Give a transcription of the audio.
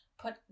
put